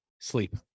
sleep